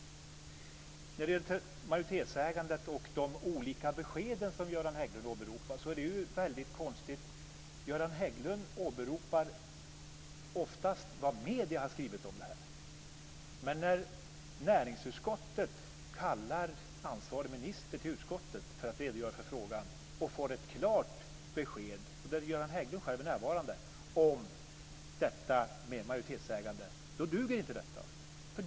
När det gäller majoritetsägandet och de olika beskeden som Göran Hägglund åberopar måste jag säga att det är väldigt konstigt. Göran Hägglund åberopar oftast vad medierna har skrivit om detta. Men när näringsutskottet kallar ansvarig minister till utskottet - där Göran Hägglund själv är närvarande - för att redogöra för frågan och får ett klart besked om detta med majoritetsägande, duger inte detta.